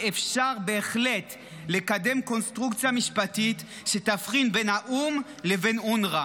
ואפשר בהחלט לקדם קונסטרוקציה משפטית שתבחין בין האו"ם לבין אונר"א.